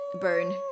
burn